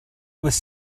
was